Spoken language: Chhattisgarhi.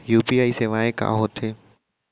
यू.पी.आई सेवाएं का होथे?